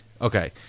Okay